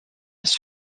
his